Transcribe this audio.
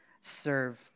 serve